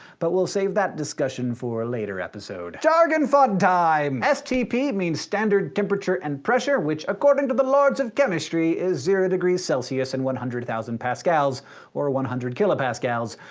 but we'll save that discussion for a later episode. jargon fun time. stp means standard temperature and pressure, which according to the lords of chemistry is zero degrees celsius and one hundred thousand pascals or or one hundred kilopascals.